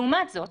לעומת זאת